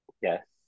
Yes